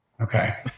Okay